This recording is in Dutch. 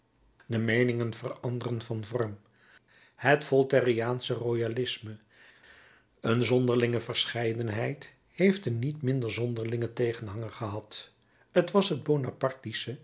de meeningen veranderen van vorm het voltaireaansch royalisme een zonderlinge verscheidenheid heeft een niet minder zonderlingen tegenhanger gehad t was het